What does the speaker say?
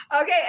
Okay